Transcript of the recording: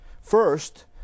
First